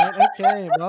okay